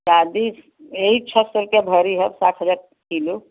चादी यही छः सौ रुपया भरी है साठ हज़ार किलो